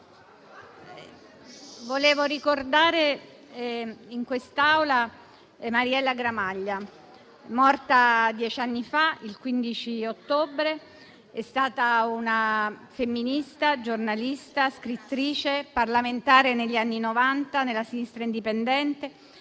vorrei ricordare in quest'Aula Mariella Gramaglia, morta dieci anni fa, il 15 ottobre. È stata una femminista, giornalista, scrittrice, parlamentare negli anni Novanta nella Sinistra Indipendente,